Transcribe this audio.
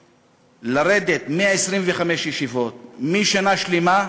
לרדת, מ-25 ישיבות, משנה שלמה,